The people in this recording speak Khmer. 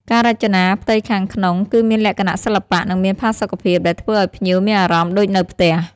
ការរចនាផ្ទៃខាងក្នុងគឺមានលក្ខណៈសិល្បៈ និងមានផាសុកភាព ដែលធ្វើឲ្យភ្ញៀវមានអារម្មណ៍ដូចនៅផ្ទះ។